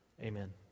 Amen